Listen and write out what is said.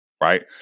right